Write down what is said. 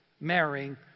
marrying